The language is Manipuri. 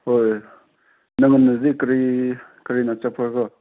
ꯍꯣꯏ ꯅꯉꯣꯟꯗꯗꯤ ꯀꯔꯤ ꯀꯔꯤꯅ ꯆꯠꯄ꯭ꯔꯀꯣ